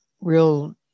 real